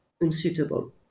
unsuitable